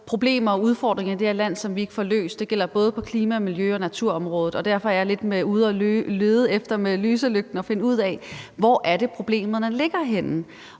problemer og udfordringer i det her land, som vi ikke får løst. Det gælder både på klima-, miljø- og naturområdet, og derfor er jeg lidt ude og lede med lys og lygte for at finde ud af, hvor det er problemerne ligger henne.